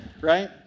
right